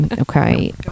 okay